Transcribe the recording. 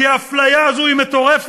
כי האפליה הזאת היא מטורפת.